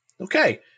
Okay